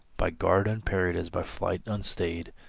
by guard unparried as by flight unstayed,